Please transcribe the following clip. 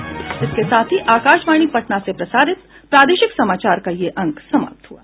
इसके साथ ही आकाशवाणी पटना से प्रसारित प्रादेशिक समाचार का ये अंक समाप्त हुआ